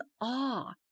awe